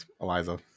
Eliza